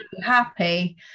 happy